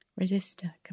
Resistor